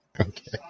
Okay